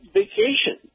vacation